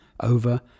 over